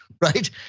right